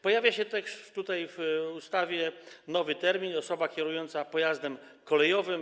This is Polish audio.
Pojawia się też w ustawie nowy termin: „osoba kierująca pojazdem kolejowym”